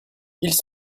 ils